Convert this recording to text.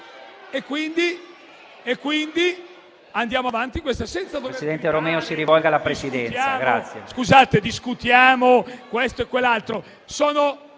e quindi andiamo avanti